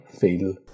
feel